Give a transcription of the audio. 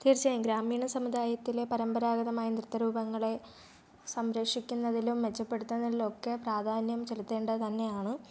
തീർച്ചയായും ഗ്രാമീണ സമുദായത്തിൽ പരമ്പരാഗതമായ നൃത്ത രൂപങ്ങളെ സംരക്ഷിക്കുന്നതിലും മെച്ചപ്പെടുത്തുന്നതിലും ഒക്കെ പ്രാധാന്യം ചെലുത്തേണ്ടത് തന്നെയാണ്